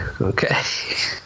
Okay